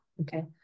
Okay